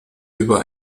über